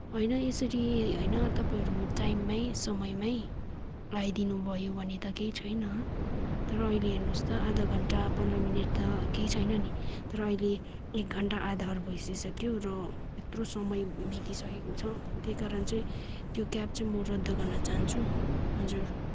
होइन यसरी होइन तपाईँहरू टाइममै समयमै आइदिनुभयो भने त केही छैन तर अहिले हेर्नुहोस् त आधा घन्टा पन्ध्र मिनट त केही छैन नि तर अहिले एक घन्टा आधा भइसक्यो र यत्रो समय बितिसकेको छ त्यही कारण त्यो क्याब चाहिँ म रद्द गर्न चाहन्छु हजुर